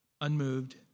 unmoved